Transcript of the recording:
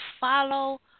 follow